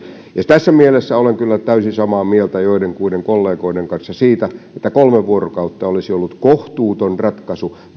tässä mielessä olen kyllä täysin samaa mieltä joidenkuiden kollegoiden kanssa siitä että kolme vuorokautta olisi ollut kohtuuton ratkaisu mutta